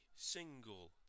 Single